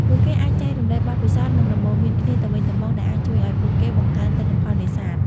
ពួកគេអាចចែករំលែកបទពិសោធន៍ និងដំបូន្មានគ្នាទៅវិញទៅមក ដែលអាចជួយឱ្យពួកគេបង្កើនទិន្នផលនេសាទ។